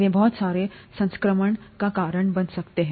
वे बहुत सारे संक्रमण का कारण बन सकते हैं